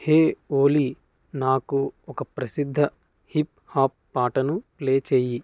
హే Olly నాకు ఒక ప్రసిద్ధ హిప్ హాప్ పాటను ప్లే చేయి